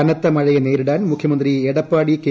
കനത്തമഴയെ നേരിടാൻ മുഖ്യമന്ത്രി എടപ്പാടി കെ